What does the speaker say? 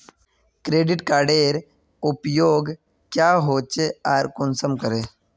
Credit कार्डेर उपयोग क्याँ होचे आर कुंसम करे?